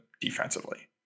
defensively